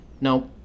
No